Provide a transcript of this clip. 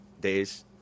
days